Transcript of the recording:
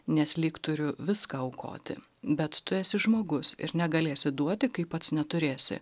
nes lyg turiu viską aukoti bet tu esi žmogus ir negalėsi duoti kai pats neturėsi